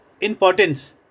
importance